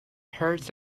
herds